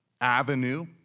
avenue